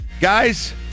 guys